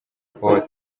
rikorwa